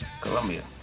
Colombia